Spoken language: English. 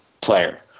player